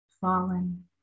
fallen